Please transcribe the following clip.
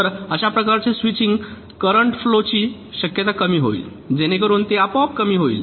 तर अशा प्रकारचे स्विचिंग करेन्ट फ्लोव ची शक्यता कमी होईल जेणेकरून ते आपोआप कमी होईल